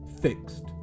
fixed